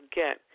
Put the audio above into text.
get